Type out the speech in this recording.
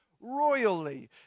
royally